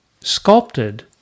sculpted